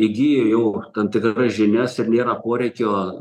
įgijo jau tam tikras žinias ir nėra poreikio